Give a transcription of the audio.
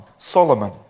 Solomon